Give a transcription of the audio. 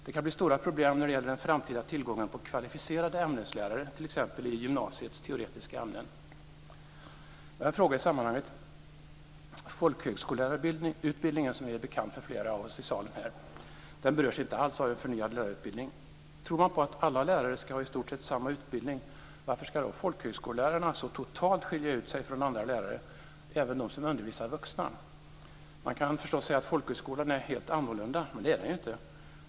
Det kan bli stora problem när det gäller den framtida tillgången på kvalificerade ämneslärare t.ex. i gymnasiets teoretiska ämnen. Jag har en fråga i sammanhanget. Folkhögskolelärarutbildningen, som är bekant för flera av oss här i salen, berörs inte alls av En förnyad lärarutbildning. Tror man på att alla lärare ska ha i stort sett samma utbildning, varför ska då folkhögskolelärarna så totalt skilja ut sig från andra lärare, även de som undervisar vuxna? Man kan förstås säga att folkhögskolan är helt annorlunda, men det är den inte.